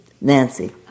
Nancy